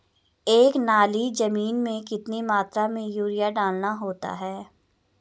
एक नाली जमीन में कितनी मात्रा में यूरिया डालना होता है?